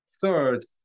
Third